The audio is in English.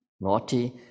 naughty